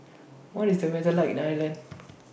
What IS The weather like in Ireland